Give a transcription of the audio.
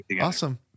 Awesome